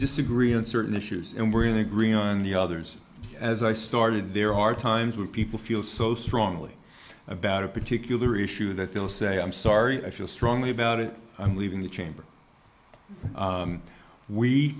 disagree on certain issues and we're going to agree on the others as i started there are times when people feel so strongly about a particular issue that i feel say i'm sorry i feel strongly about it i'm leaving the chamber